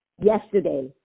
yesterday